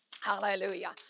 Hallelujah